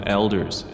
elders